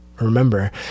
remember